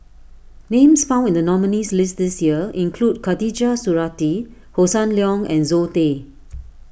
names found in the nominees' list this year include Khatijah Surattee Hossan Leong and Zoe Tay